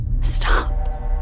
stop